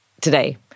today